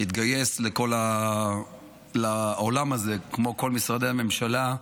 התגייס לעולם הזה, כמו כל משרדי הממשלה.